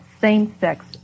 same-sex